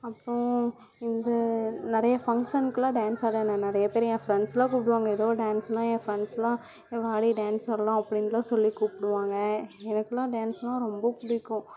அப்புறம் இந்த நிறைய ஃபங்க்ஷனுக்குலாம் டான்ஸ் ஆட என்னை நிறைய பேர் என் ஃப்ரெண்ட்ஸ்லாம் கூப்பிடுவாங்க ஏதோ டான்ஸுனா என் ஃப்ரெண்ட்ஸ்லாம் ஏ வாடி டான்ஸ் ஆடலாம் அப்படின்னுலாம் சொல்லி கூப்பிடுவாங்க எனக்கெல்லாம் டான்ஸுனா ரொம்ப பிடிக்கும்